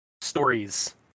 stories